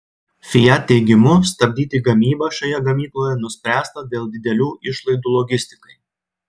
fiat teigimu stabdyti gamybą šioje gamykloje nuspręsta dėl didelių išlaidų logistikai